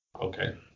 okay